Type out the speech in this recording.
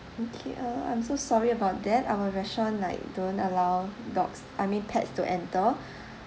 okay uh I'm so sorry about that our restaurant like don't allow dogs I mean pets to enter